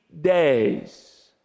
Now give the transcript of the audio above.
days